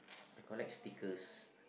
collect stickers